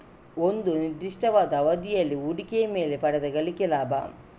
ಒಂದು ನಿರ್ದಿಷ್ಟ ಅವಧಿಯಲ್ಲಿ ಹೂಡಿಕೆಯ ಮೇಲೆ ಪಡೆದ ಗಳಿಕೆ ಲಾಭ